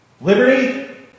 liberty